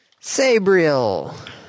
Sabriel